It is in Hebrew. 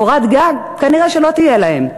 קורת גג כנראה לא תהיה להם.